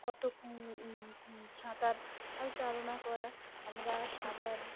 কত সাঁতার আর চালনা করা আমরা সাঁতার